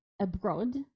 abroad